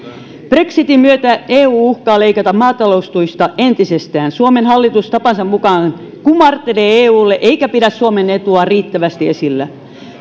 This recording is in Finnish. brexitin myötä eu uhkaa leikata maataloustuista entisestään suomen hallitus tapansa mukaan kumartelee eulle eikä pidä suomen etua riittävästi esillä vuonna